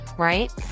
Right